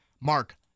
Mark